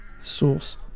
source